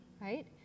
right